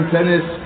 Tennis